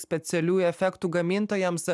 specialiųjų efektų gamintojams